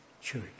church